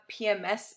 PMS